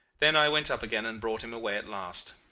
then i went up again and brought him away at last.